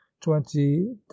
twenty